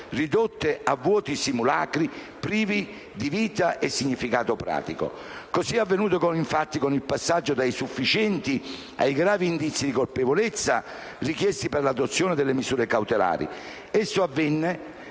riducendole a vuoti simulacri, privi di vita e di significato pratico. Così è avvenuto, infatti, con il passaggio dai «sufficienti» ai «gravi indizi» di colpevolezza richiesti per l'adozione delle misure cautelari.